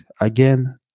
again